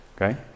okay